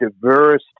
diverse